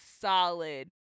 solid